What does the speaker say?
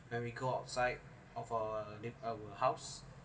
when we go outside of our lip~ our house